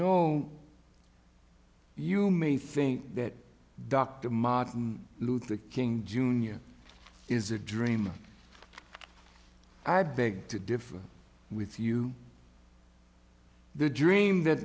know you may think that dr martin luther king jr is a dream i beg to differ with you the dream that